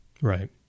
Right